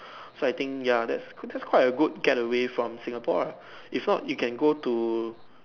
so I think ya that's quite that's quite a good getaway from Singapore if not you can go to